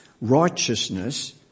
righteousness